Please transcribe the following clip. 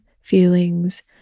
feelings